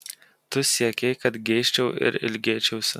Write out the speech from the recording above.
tu siekei kad geisčiau ir ilgėčiausi